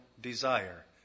desire